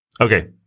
Okay